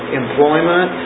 employment